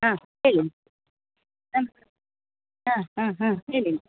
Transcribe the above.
ಹಾಂ ಹೇಳಿ ನಮ್ಮ ಹಾಂ ಹಾಂ ಹಾಂ ಹೇಳಿ